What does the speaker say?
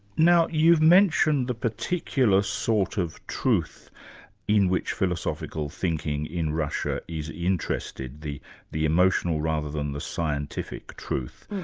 now you've mentioned the particular sort of truth in which philosophical thinking in russia is interested, the the emotional rather than the scientific truth.